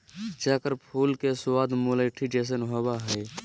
चक्र फूल के स्वाद मुलैठी जइसन होबा हइ